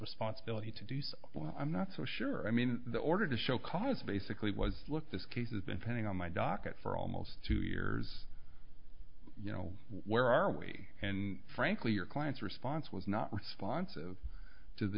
responsibility to do so well i'm not so sure i mean the order to show cause basically was look this case has been pending on my docket for almost two years you know where are we and frankly your client's response was not responsive to the